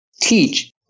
teach